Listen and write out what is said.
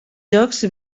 jocs